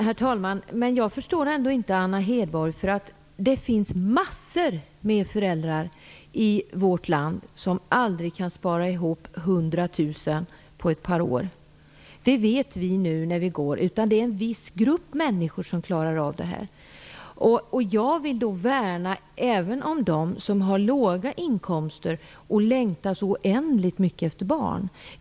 Herr talman! Jag förstår ändå inte, Anna Hedborg. Det finns massor med föräldrar i vårt land som aldrig kan spara ihop 100 000 kr på ett par år. Det vet vi. Det är en viss grupp människor som klarar av det. Jag vill värna även om dem som har låga inkomster och längtar så oändligt mycket efter barn.